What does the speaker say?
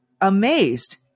amazed